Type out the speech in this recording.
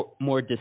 more